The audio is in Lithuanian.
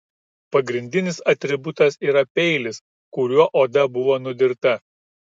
pagrindinis atributas yra peilis kuriuo oda buvo nudirta